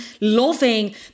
loving